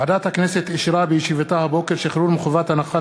ועדת הכנסת אישרה בישיבתה הבוקר שחרור מחובת הנחה